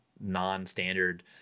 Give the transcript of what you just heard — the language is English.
non-standard